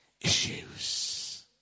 issues